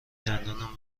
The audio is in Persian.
دندانم